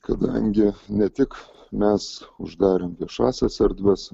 kadangi ne tik mes uždarėm viešąsias erdves